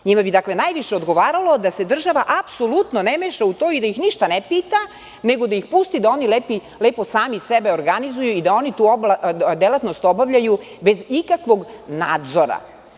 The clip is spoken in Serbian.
Njima bi najviše odgovaralo da se država apsolutno ne meša u to i da ih ništa ne pita, nego da ih pusti da oni lepo sami sebe organizuju i da oni tu delatnost obavljaju bez ikakvog nadzora.